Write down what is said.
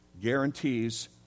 guarantees